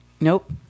nope